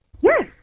Yes